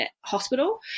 hospital